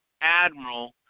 admiral